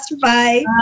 Bye